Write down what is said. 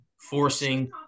forcing